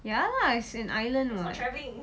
ya lah is an island [what]